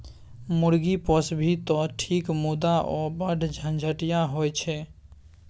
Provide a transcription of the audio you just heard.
मुर्गी पोसभी तँ ठीक मुदा ओ बढ़ झंझटिया होए छै